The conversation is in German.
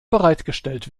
bereitgestellt